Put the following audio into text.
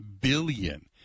billion